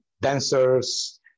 dancers